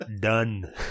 done